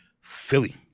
Philly